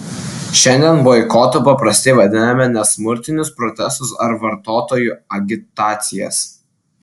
šiandien boikotu paprastai vadiname nesmurtinius protestus ar vartotojų agitacijas